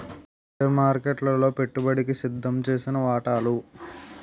share మార్కెట్లలో పెట్టుబడికి సిద్దంచేసిన వాటాలు